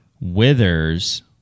Withers